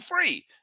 free